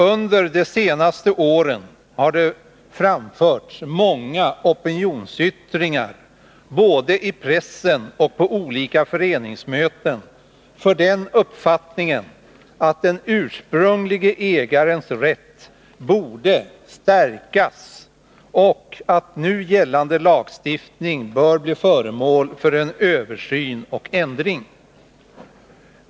Under de senaste åren har det både i pressen och på olika föreningsmöten framförts många opinionsyttringar för den uppfattningen, att den ursprunglige ägarens rätt borde stärkas och att nu gällande lagstiftning borde bli föremål för en översyn och ändring.